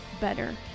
better